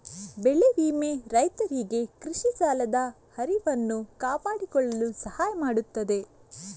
ಬೆಳೆ ವಿಮೆ ರೈತರಿಗೆ ಕೃಷಿ ಸಾಲದ ಹರಿವನ್ನು ಕಾಪಾಡಿಕೊಳ್ಳಲು ಸಹಾಯ ಮಾಡುತ್ತದೆ